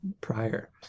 prior